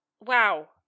Wow